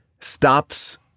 stops